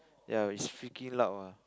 ya which freaking loud ah